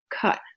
cut